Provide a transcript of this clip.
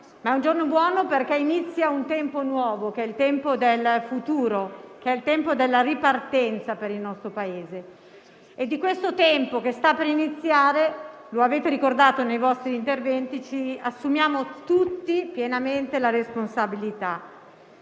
ma anche perché inizia un tempo nuovo, quello del futuro e della ripartenza per il nostro Paese, e di questo tempo che sta per iniziare - lo avete ricordato nei vostri interventi - ci assumiamo tutti pienamente la responsabilità.